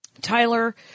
Tyler